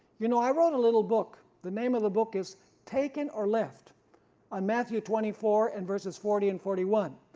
you know i wrote a little book, the name of the book is taken or left on matthew twenty four and verses forty and forty one,